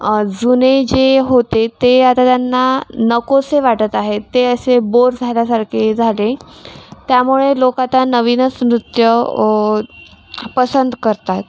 जुने जे होते ते आता त्यांना नकोसे वाटत आहे ते असे बोर झाल्यासारखे झाले त्यामुळे लोक त्या नवीनच नृत्य पसंत करत आहेत